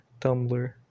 Tumblr